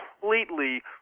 completely